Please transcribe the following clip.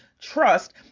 trust